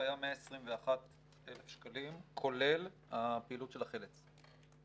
היה 121 מיליון שקלים, כולל הפעילות של החל"צ.